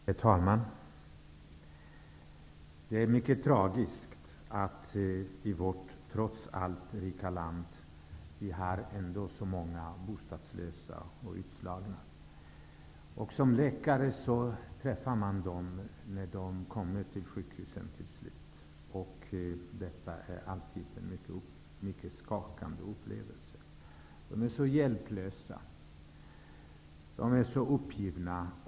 Herr talman! Det är mycket tragiskt att vi i vårt trots allt rika land ändå har så många bostadslösa och utslagna. Som läkare träffar man dem när de kommer till sjukhusen till slut. Detta är alltid en mycket skakande upplevelse. De är så hjälplösa. De är så uppgivna.